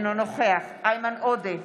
אינו נוכח איימן עודה,